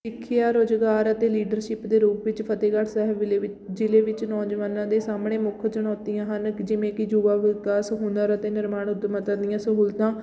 ਸਿੱਖਿਆ ਰੁਜ਼ਗਾਰ ਅਤੇ ਲੀਡਰਸ਼ਿਪ ਦੇ ਰੂਪ ਵਿੱਚ ਫਤਿਹਗੜ੍ਹ ਸਾਹਿਬ ਵਿਲੇ ਵਿ ਜ਼ਿਲ੍ਹੇ ਵਿੱਚ ਨੌਜਵਾਨਾਂ ਦੇ ਸਾਹਮਣੇ ਮੁੱਖ ਚੁਣੌਤੀਆਂ ਹਨ ਜਿਵੇਂ ਕਿ ਯੁਵਾ ਵਿਕਾਸ ਹੁਨਰ ਅਤੇ ਨਿਰਮਾਣ ਉੱਦਮਤਾ ਦੀਆਂ ਸਹੂਲਤਾਂ